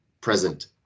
present